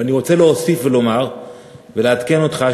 אני רוצה להוסיף ולומר ולעדכן אותך,